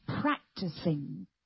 practicing